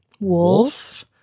wolf